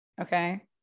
Okay